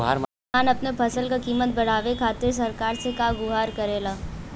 किसान अपने फसल क कीमत बढ़ावे खातिर सरकार से का गुहार करेला?